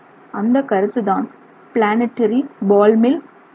அந்த கருத்து தான் பிளானெடரி பால் மில் ஆகும்